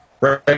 right